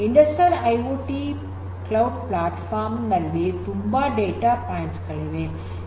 industrial IoT cloud platform ನಲ್ಲಿ ತುಂಬಾ data points ಗಳಿವೆ